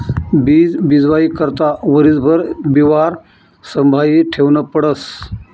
बीज बीजवाई करता वरीसभर बिवारं संभायी ठेवनं पडस